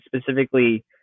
specifically